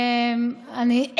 אני,